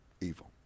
evil